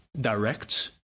direct